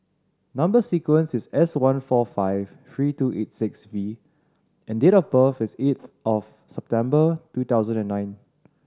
number sequence is S one four five three two eight six V and date of birth is eighth of September two thousand and nine